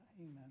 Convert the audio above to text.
Amen